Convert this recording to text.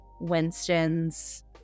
winston's